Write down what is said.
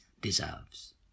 deserves